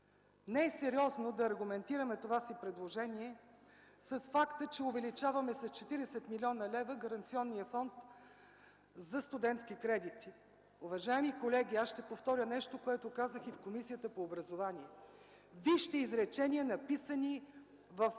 Не е сериозно да аргументираме това си предложение с факта, че увеличаваме с 40 млн. лв. гаранционния фонд за студентски кредити. Уважаеми колеги, аз ще повторя нещо, което казах и в Комисията по образованието, науката и